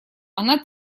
она